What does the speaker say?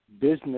business